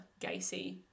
Gacy